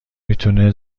میتونه